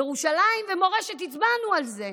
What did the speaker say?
ירושלים ומורשת, הצבענו על זה.